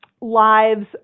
lives